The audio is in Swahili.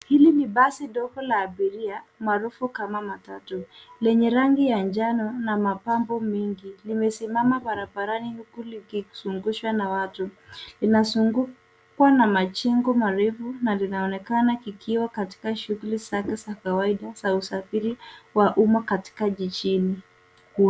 Hili ni basi ndogo la abiria maarufu kama matatu lenye rangi ya njano na mapambo mengi, limesimama barabarani huku likizungushwa na watu. Inazungukwa na majengo marefu na linaonekana kikiwa katika shuguli zake za kawaida za usafiri wa umma katika jijini.